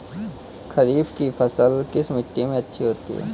खरीफ की फसल किस मिट्टी में अच्छी होती है?